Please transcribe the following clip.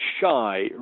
shy